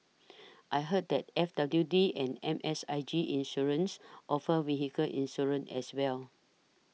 I heard that F W D and M S I G Insurance offer vehicle insurance as well